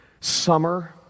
summer